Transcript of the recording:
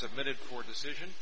submitted for decision